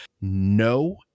No